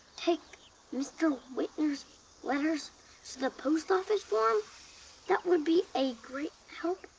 take mr. whitner's letters to the post office for him that would be a great help.